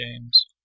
games